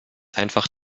einfach